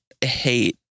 hate